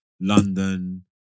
London